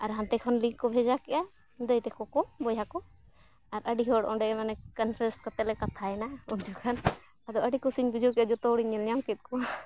ᱟᱨ ᱦᱟᱱᱛᱮ ᱠᱷᱚᱱ ᱞᱤᱝᱠ ᱠᱚ ᱵᱷᱮᱡᱟ ᱠᱮᱜᱼᱟ ᱫᱟᱹᱭ ᱛᱟᱠᱚ ᱠᱚ ᱵᱚᱭᱦᱟ ᱠᱚ ᱟᱨ ᱟᱹᱰᱤ ᱦᱚᱲ ᱚᱸᱰᱮ ᱢᱟᱱᱮ ᱠᱚᱱᱯᱷᱨᱮᱱᱥ ᱠᱟᱛᱮᱫ ᱞᱮ ᱠᱟᱛᱟᱭᱮᱱᱟ ᱩᱱᱡᱚᱠᱷᱚᱱ ᱟᱫᱚ ᱟᱹᱰᱤ ᱠᱩᱥᱤᱧ ᱵᱩᱡᱷᱟᱹᱣ ᱠᱮᱫᱟ ᱡᱷᱚᱛᱚ ᱦᱚᱲᱤᱧ ᱧᱮᱞ ᱧᱟᱢ ᱠᱮᱫ ᱠᱚᱣᱟ